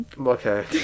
okay